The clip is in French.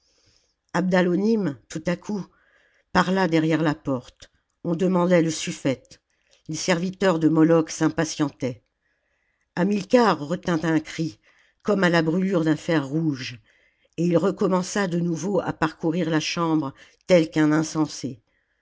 abdalonim tout à coup parla derrière la porte on demandait le suffète les serviteurs de moloch s'impatientaient hamilcar retint un cri comme à la brûlure d'un fer rouge et il recommença de nouveau à parcourir la chambre tel qu'un insensé